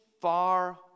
far